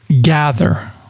gather